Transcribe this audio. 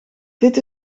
dit